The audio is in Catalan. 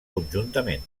conjuntament